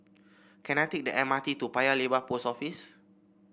can I take the M R T to Paya Lebar Post Office